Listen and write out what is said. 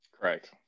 Correct